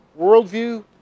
worldview